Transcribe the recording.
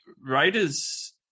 Raiders